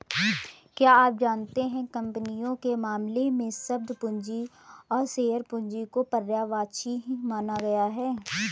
क्या आप जानते है कंपनियों के मामले में, शब्द पूंजी और शेयर पूंजी को पर्यायवाची माना गया है?